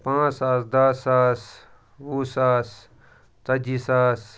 پانٛژھ ساس دَہ ساس وُہ ساس ژَتجی ساس